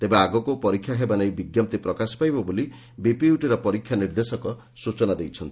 ତେବେ ଆଗକୁ ପରୀକ୍ଷା ହେବା ନେଇ ବିଙ୍କପ୍ତି ପ୍ରକାଶ ପାଇବ ବୋଲି ବିପିୟୁଟିର ପରୀକ୍ଷା ନିର୍ଦ୍ଦେଶକ ସ୍ଚନା ଦେଇଛନ୍ତି